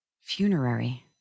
Funerary